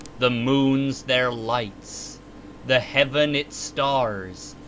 the moons their lights the heaven its stars,